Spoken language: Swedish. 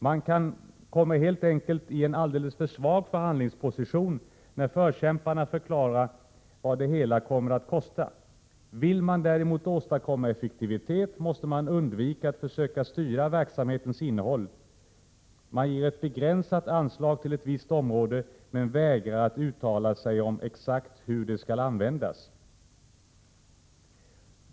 Man kommer helt enkelt i en alldeles för svag förhandlingsposition när förkämparna förklarar vad det hela kommer att kosta. Vill man däremot åstadkomma effektivitet måste man undvika att försöka styra verksamhetens innehåll. Man ger ett begränsat anslag till ett visst område men vägrar att uttala sig om exakt hur det skall användas.